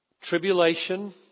Tribulation